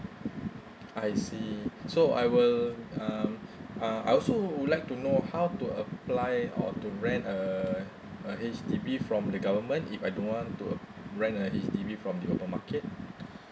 I see so I will um uh I also would like to know how to apply or how to rent a a H_D_B from the government if I don't want to rent a H_D_B from the open market